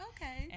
Okay